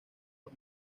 por